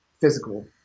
physical